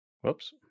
Whoops